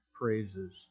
praises